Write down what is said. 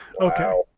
Okay